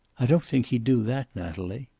i don't think he'd do that, natalie.